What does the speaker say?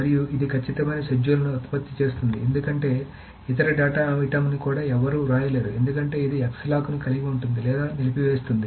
మరియు ఇది ఖచ్చితమైన షెడ్యూల్లను ఉత్పత్తి చేస్తుంది ఎందుకంటే ఇతర డేటా ఐటెమ్ని కూడా ఎవరూ వ్రాయలేరు ఎందుకంటే ఇది x లాక్లను కలిగి ఉంటుంది లేదా నిలిపివేస్తుంది